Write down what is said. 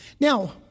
Now